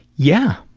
yeah,